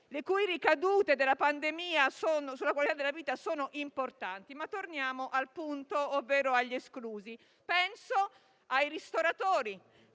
le ricadute della pandemia sulla qualità della vita sono importanti. Ma torniamo al punto, ovvero agli esclusi. Penso ai ristoratori,